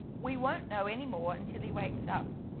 we won't know any more until he wakes up,